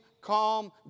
calm